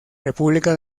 república